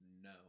No